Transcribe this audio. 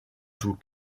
tout